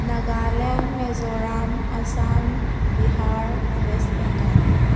Nagaland Mizoram Assam Bihar West Bengal